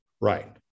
Right